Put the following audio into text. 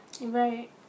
Right